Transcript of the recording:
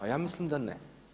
A ja mislim da ne.